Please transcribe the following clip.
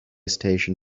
station